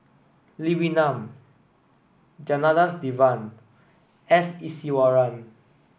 Lee Wee Nam Janadas Devan S Iswaran